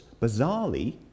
bizarrely